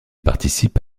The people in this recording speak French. participe